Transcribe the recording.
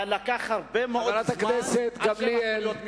ולקח הרבה מאוד זמן עד שהם הפכו להיות מקצוענים,